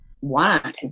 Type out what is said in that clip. wine